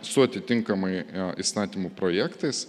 su atitinkamai įstatymų projektais